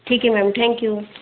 ठीक है ma'am thank you